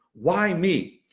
why me.